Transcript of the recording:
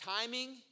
timing